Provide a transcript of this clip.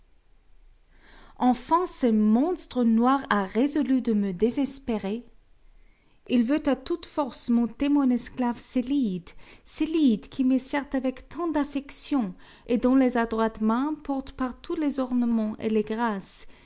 enfin ce monstre noir a résolu de me désespérer il veut à toute force m'ôter mon esclave zélide zélide qui me sert avec tant d'affection et dont les adroites mains portent partout les ornements et les grâces